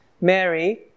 Mary